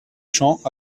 champs